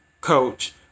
coach